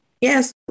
Yes